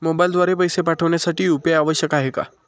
मोबाईलद्वारे पैसे पाठवण्यासाठी यू.पी.आय आवश्यक आहे का?